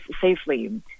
safely